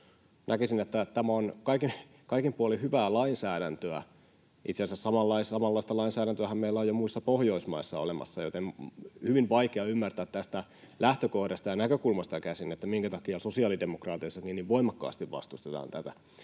Näkisin, että tämä on kaikin puolin hyvää lainsäädäntöä, ja itse asiassa samanlaista lainsäädäntöähän meillä on jo muissa Pohjoismaissa olemassa, joten on hyvin vaikea ymmärtää tästä lähtökohdasta ja näkökulmasta käsin, minkä takia sosiaalidemokraateissa niin voimakkaasti vastustetaan tätä.